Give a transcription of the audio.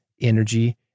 energy